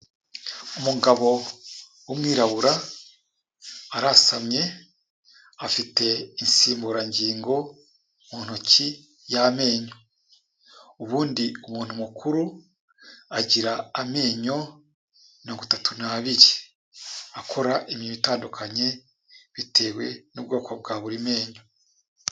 Umugabo w'umwirabura arasamye, afite insimburangingo mu ntoki y'amenyo. Ubundi umuntu mukuru agira amenyo mirongo itatu n'abiri akora imirimo itandukanye, bitewe n'ubwoko bwa buri menyo.